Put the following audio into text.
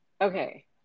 okay